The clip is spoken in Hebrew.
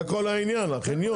זה כל העניין, החניון.